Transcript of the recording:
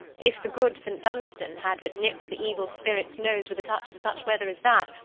if the good saint dunstan had but nipped the evil spirit's nose with a touch of such weather as that,